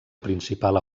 principal